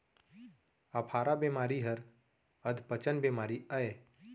अफारा बेमारी हर अधपचन बेमारी अय